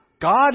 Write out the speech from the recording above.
God